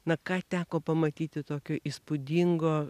na ką teko pamatyti tokio įspūdingo